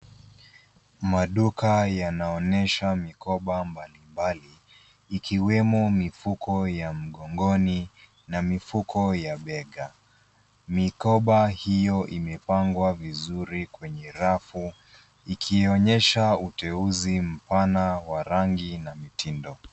Maduka yanaonyesha mikoba mbalimbali ikiwemo mifuko ya mgongoni na mifuko ya bega. Mikoba hiyo imepangwa vizuri kwenye rafu ikionyesha uteuzi mpana wa rangi na mitindo.